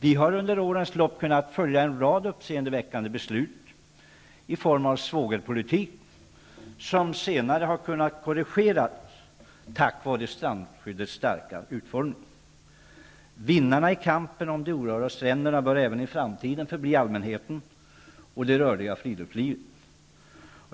Vi har under årens lopp kunnat följa en rad uppseendeväckande beslut i form av svågerpolitik, som senare har kunnat korrigeras tack vare strandskyddets starka utformning. Vinnarna i kampen om de orörda stränderna bör även i framtiden förbli allmänheten och det rörliga friluftslivet.